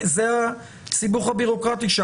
זה הסיבוך הבירוקרטי?